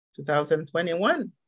2021